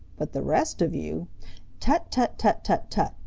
but the rest of you tut, tut, tut, tut, tut!